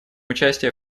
участие